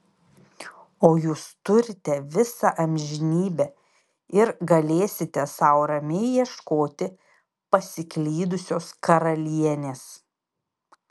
o jūs turite visą amžinybę ir galėsite sau ramiai ieškoti pasiklydusios karalienės